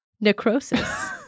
necrosis